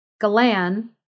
Galan